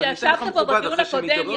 וכשישבת פה בדיון הקודם,